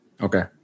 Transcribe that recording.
Okay